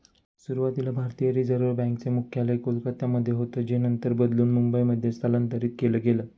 सुरुवातीला भारतीय Reserve Bank चे मुख्यालय कोलकत्यामध्ये होतं जे नंतर बदलून मुंबईमध्ये स्थलांतरीत केलं गेलं